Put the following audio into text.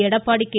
Edappadi K